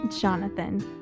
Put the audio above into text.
Jonathan